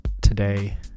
today